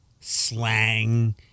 slang